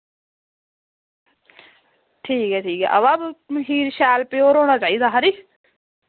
ठीक ऐ ठीक ऐ हां वा मखीर शैल प्योर होना चाहिदा खरी